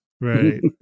Right